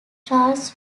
charles